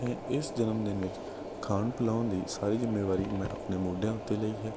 ਮੈਂ ਇਸ ਜਨਮ ਦਿਨ ਵਿੱਚ ਖਾਣ ਪਿਲਾਉਣ ਦੀ ਸਾਰੀ ਜ਼ਿੰਮੇਵਾਰੀ ਮੈਂ ਆਪਣੇ ਮੋਢਿਆਂ ਉੱਤੇ ਲਈ ਹੈ